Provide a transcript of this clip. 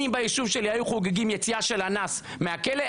אם ביישוב שלי היו חוגגים יציאה של אנס מהכלא,